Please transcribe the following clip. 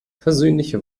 versöhnliche